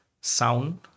sound